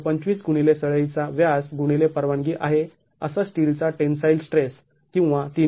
२५ गुणिले सळईचा व्यास गुणिले परवानगी आहे असा स्टीलचा टेन्साईल स्ट्रेस किंवा ३०० mm